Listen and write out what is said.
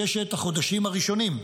ששת החודשים הראשונים,